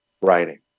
writing